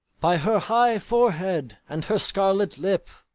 by her high forehead and her scarlet lip,